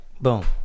boom